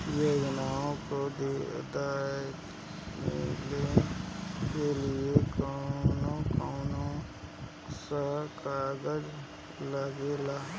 योजनाओ के दाखिले के लिए कौउन कौउन सा कागज लगेला?